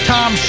Tom